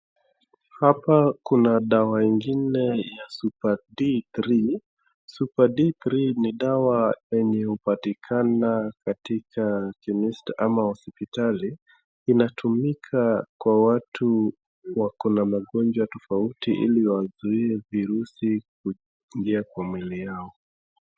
Hapa kuna dawa ingine ya super D3 super D3 ni dawa yenye hupatikana katika ama hosipitali inatumika kwa watu wakona magonjwa tofauti inatumika ilikuzua virusi kuingia kwa mweli yao.